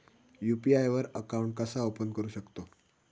UPI वर account कसा open करू शकतव?